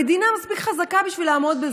המדינה מספיק חזקה בשביל לעמוד בזה.